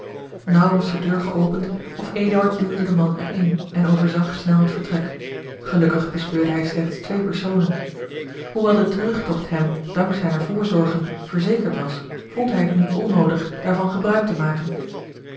naauw was de deur geopend of eduard duwde den man er in en overzag snel het vertrek gelukkig bespeurde hij slechts twee personen hoewel de terugtogt hem dank zijner voorzorgen verzekerd was vond hij het nu onnoodig daarvan gebruik te maken